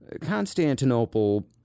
Constantinople